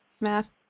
Math